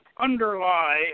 underlie